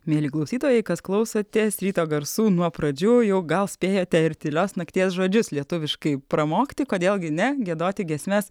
mieli klausytojai kas klausotės ryto garsų nuo pradžių gal spėjate ir tylios nakties žodžius lietuviškai pramokti kodėl gi ne giedoti giesmes